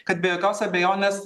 kad be jokios abejonės